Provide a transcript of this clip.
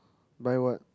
buy what